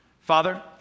Father